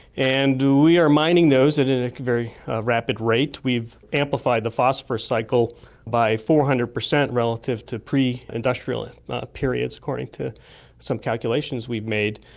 and we are mining those at and a very rapid rate. we've amplified the phosphorous cycle by four hundred percent relative to pre-industrial and ah periods according to some calculations we've made.